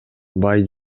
бай